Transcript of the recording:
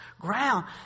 ground